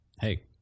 hey